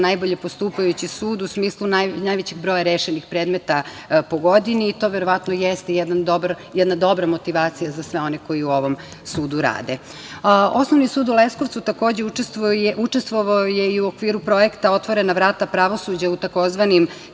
najbolje postupajući sud u smislu najvećeg broja rešenih predmeta po godini i to verovatno jeste jedna dobra motivacija za sve one koji u ovom sudu rade. Osnovni sud u Leskovcu, takođe, učestvovao je i u okviru projekta „Otvorena vrata pravosuđa“ u tzv.